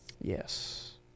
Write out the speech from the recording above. Yes